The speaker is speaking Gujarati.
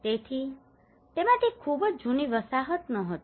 તેથી તેમાંથી ખૂબ જ જૂની વસાહત ન હતું